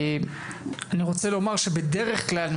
אני רוצה לומר שבדרך כלל,